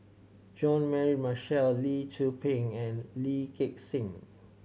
Jean Mary Marshall Lee Tzu Pheng and Lee Gek Seng